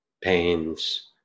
pains